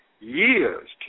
years